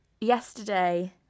yesterday